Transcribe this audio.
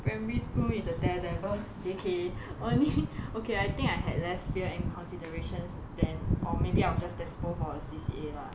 primary school is a dare devil J_K only okay I think I had less fear and considerations than or maybe I will just despo for a C_C_A lah